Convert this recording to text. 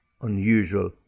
unusual